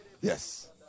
Yes